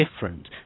different